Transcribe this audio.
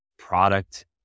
product